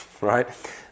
right